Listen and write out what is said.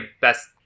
best